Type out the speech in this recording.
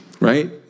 right